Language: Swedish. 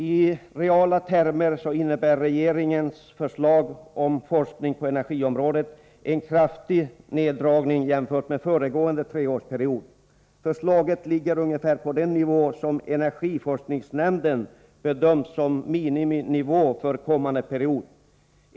I reala termer innebär regeringens förslag beträffande forskning på energiområdet en kraftig neddragning jämfört med föregående treårsperiod. Förslaget ligger ungefär på den nivå som energiforskningsnämnden bedömt som en miniminivå för kommande period.